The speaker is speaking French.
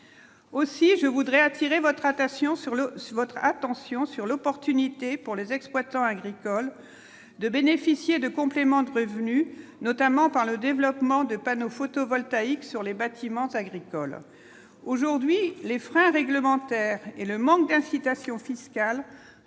sur le sur votre attention sur l'opportunité pour les exploitants agricoles de bénéficier de complément de revenus, notamment par le développement de panneaux photovoltaïques sur les bâtiments agricoles aujourd'hui les freins réglementaires et le manque d'incitations fiscales